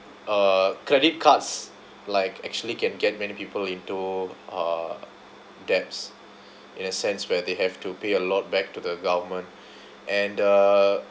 uh credit cards like actually can get many people into uh debts in a sense where they have to pay a lot back to the government and uh